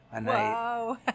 Wow